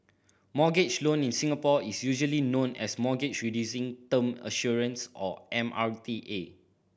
mortgage loan in Singapore is usually known as Mortgage Reducing Term Assurance or M R T A